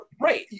right